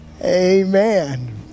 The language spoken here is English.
Amen